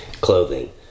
clothing